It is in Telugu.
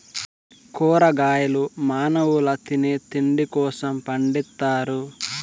కూరగాయలు మానవుల తినే తిండి కోసం పండిత్తారు